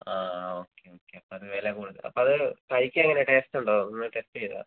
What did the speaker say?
ആ okay okay അപ്പം അത് വില കൂടുതൽ ആണ് അപ്പം അത് കഴിക്കാൻ എങ്ങനെയാണ് ടേസ്റ്റ് ഉണ്ടോ നിങ്ങൾ ടെസ്റ്റ് ചെയ്തോ